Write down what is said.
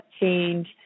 change